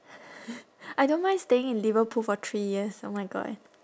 I don't mind staying in liverpool for three years oh my god